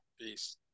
Peace